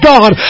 God